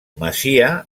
masia